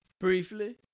briefly